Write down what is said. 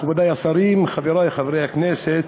מכובדי השרים, חברי חברי הכנסת,